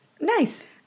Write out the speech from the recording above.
Nice